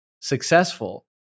successful